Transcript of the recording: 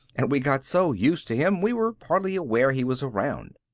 and we got so used to him we were hardly aware he was around.